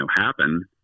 happen